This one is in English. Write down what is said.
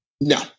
No